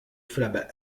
fable